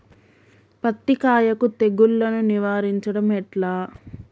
పత్తి కాయకు తెగుళ్లను నివారించడం ఎట్లా?